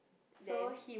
then